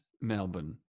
Melbourne